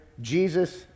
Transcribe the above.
Jesus